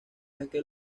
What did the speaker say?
aquel